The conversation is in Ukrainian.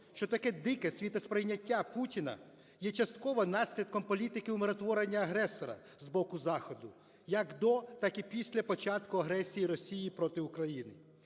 що таке дике світосприйняття Путіна є частково наслідком політики умиротворення агресора з боку Заходу, як до, так і після початку агресії Росії проти України,